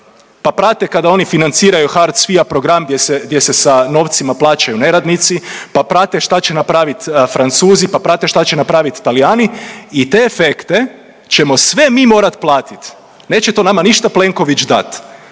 pa prate kada oni financiraju hard…/Govornik se ne razumije/…program gdje se, gdje se sa novcima plaćaju neradnici, pa prate šta će napravit Francuzi, pa prate šta će napravit Talijani i te efekte ćemo sve mi morat platit, neće to nama ništa Plenković dat,